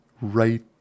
Right